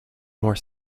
more